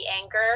anger